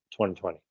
2020